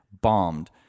bombed